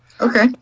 Okay